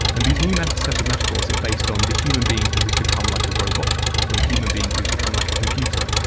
and this new set of metaphors are based on the human being who has become like a robot or a human being who's become like a computer.